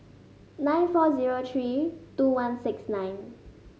nine four zero three two one six nine